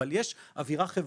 אבל יש אווירה חברתית,